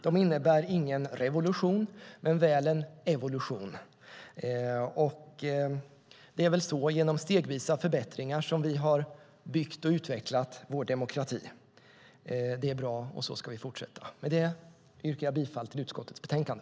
Det innebär ingen revolution men väl en evolution. Och det är väl så, genom stegvisa förbättringar, som vi har byggt och utvecklat vår demokrati. Det är bra, och så ska vi fortsätta. Med det yrkar jag bifall till förslaget i utskottets betänkande.